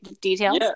details